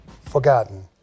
forgotten